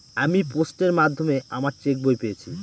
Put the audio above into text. আমি পোস্টের মাধ্যমে আমার চেক বই পেয়েছি